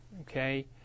okay